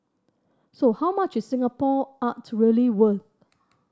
so how much is Singapore art really worth